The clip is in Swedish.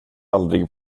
aldrig